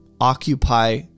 occupy